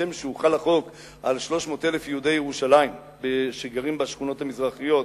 כשם שהוחל החוק על 300,000 יהודי ירושלים שגרים בשכונות המזרחיות,